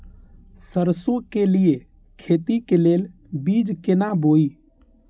सरसों के लिए खेती के लेल बीज केना बोई?